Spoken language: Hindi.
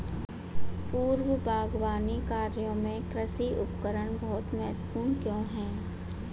पूर्व बागवानी कार्यों में कृषि उपकरण बहुत महत्वपूर्ण क्यों है?